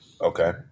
Okay